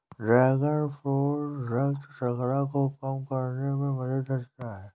dragon fruit रक्त शर्करा को कम करने में मदद करता है